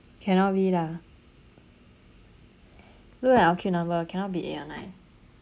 cannot be lah look at our queue number cannot be eight or nine